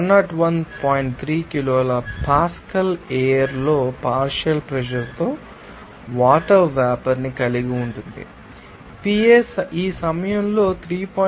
3 కిలోలు pascal air లో partial pressure తో వాటర్ వేపర్ ని కలిగి ఉంటుంది Pa ఈ సమయంలో 3